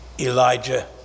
Elijah